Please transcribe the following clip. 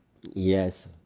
Yes